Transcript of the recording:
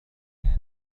كان